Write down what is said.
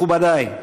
מכובדי,